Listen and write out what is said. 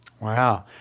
Wow